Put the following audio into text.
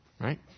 right